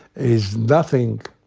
is nothing,